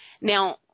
Now